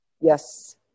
Yes